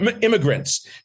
immigrants